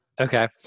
Okay